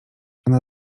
ona